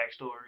backstory